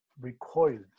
recoiled